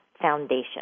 Foundation